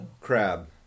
Crab